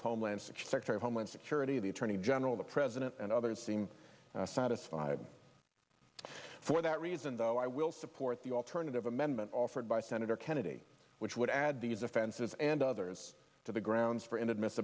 of homeland six secretary homeland security the attorney general the president and others seem satisfied for that reason though i will support the alternative amendment offered by senator kennedy which would add these offenses and others to the grounds for inadmiss